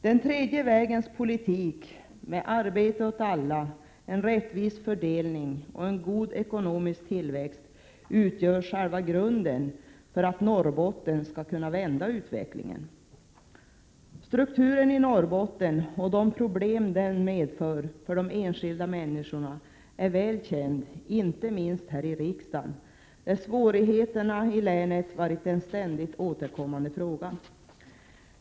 Den tredje vägens politik med arbete åt alla, en rättvis fördelning och en god ekonomisk tillväxt utgör själva grunden för att Norrbotten skall kunna vända utvecklingen. Strukturen i Norrbotten och de problem denna medför för de enskilda människorna är väl känd, inte minst här i riksdagen där svårigheterna i länet varit en ständigt återkommande fråga.